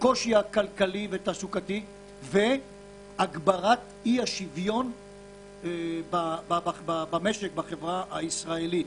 הקושי הכלכלי והתעסוקתי והגברת אי-השוויון במשק ובחברה הישראלית.